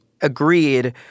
agreed